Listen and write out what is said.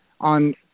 on